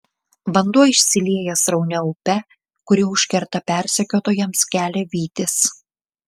vanduo išsilieja sraunia upe kuri užkerta persekiotojams kelią vytis